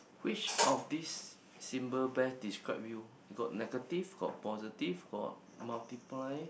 which of this symbol best describe you got negative got positive got multiply